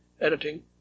editing